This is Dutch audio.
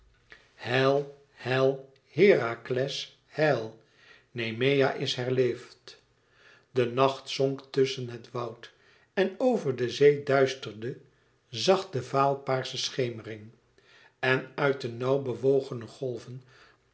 heil heil herakles heil nemea is herleefd de nacht zonk tusschen het woud en over de zee duisterde zacht de vaal paarsche schemering en uit de nauw bewogene golven